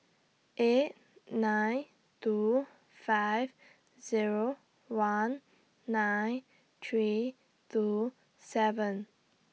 eight nine two five Zero one nine three two seven